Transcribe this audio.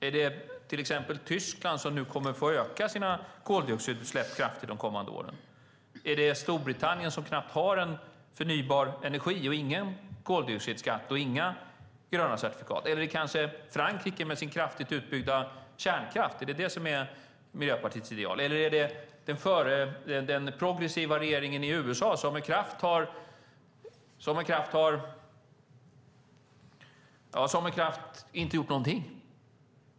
Är det till exempel Tyskland, som nu kommer att få öka sina koldioxidutsläpp kraftigt under de kommande åren? Är det Storbritannien, som knappt har en förnybar energi, ingen koldioxidskatt och inga gröna certifikat? Eller är det kanske Frankrike, med sin kraftigt utbyggda kärnkraft? Är det detta som är Miljöpartiets ideal? Eller är det den progressiva regeringen i USA, som med kraft har. ja, som med kraft inte har gjort någonting?